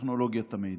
טכנולוגיית המידע.